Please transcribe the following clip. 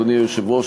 אדוני היושב-ראש,